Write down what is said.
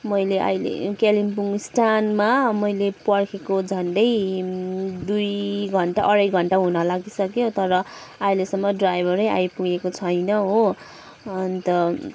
मैले अहिले कालिम्पोङ स्टान्डमा मैले पर्खेको झन्डै दुई घन्टा अढाई घन्टा हुन लागिसक्यो तर अहिलेसम्म ड्राइभरै आइपुगेको छैन हो अन्त